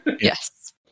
Yes